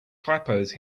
typos